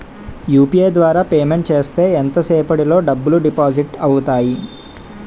UPI ద్వారా payment చేస్తే ఎంత సేపటిలో డబ్బులు డిపాజిట్ అవుతాయి?